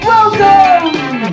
Welcome